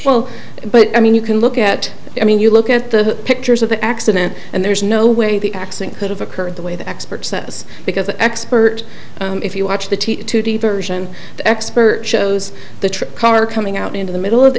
well but i mean you can look at i mean you look at the pictures of the accident and there's no way the accident could have occurred the way the expert says because the expert if you watch the t v version the expert shows the true car coming out into the middle of the